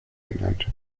genannt